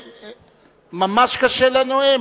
ממש קשה לנואם.